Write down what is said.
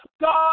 God